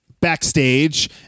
backstage